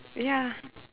ya